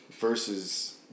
versus